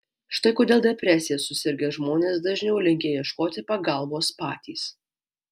štai kodėl depresija susirgę žmonės dažniau linkę ieškoti pagalbos patys